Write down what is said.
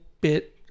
bit